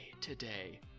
today